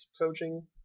coaching